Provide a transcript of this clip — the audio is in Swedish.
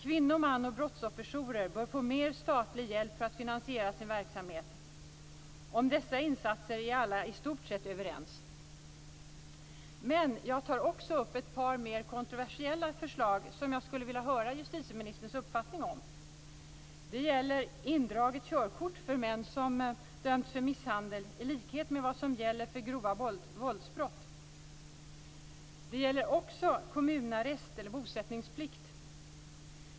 Kvinno-, mans och brottsofferjourer bör få mer statlig hjälp för att finansiera sin verksamhet. Om dessa insatser är alla i stort sett överens. Men jag tar också upp ett par mer kontroversiella förslag som jag skulle vilja höra justitieministerns uppfattning om. Det gäller indraget körkort för män som döms för misshandel, i likhet med vad som gäller vid grova våldsbrott. Det gäller också kommunarrest eller bosättningsplikt.